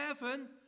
heaven